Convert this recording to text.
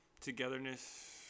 togetherness